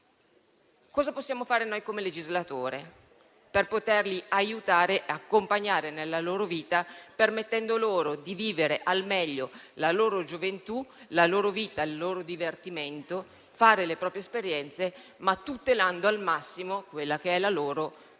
Cosa possiamo fare noi come legislatori per aiutarli e accompagnarli nella loro vita, permettendo loro di vivere al meglio la loro gioventù, la loro vita, il loro divertimento, di fare le proprie esperienze, ma tutelando al massimo la loro salute e la loro sicurezza?